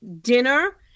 dinner